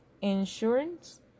insurance